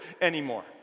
anymore